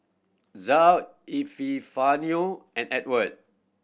Zoa Epifanio and Ewart